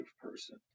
person